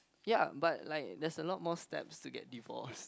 ya but like there's a lot more steps to get divorced